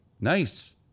Nice